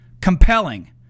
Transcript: compelling